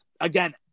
again